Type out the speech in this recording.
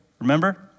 Remember